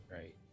right